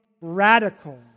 radical